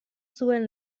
zuen